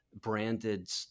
branded